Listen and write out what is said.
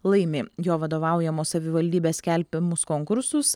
laimi jo vadovaujamos savivaldybės skelbiamus konkursus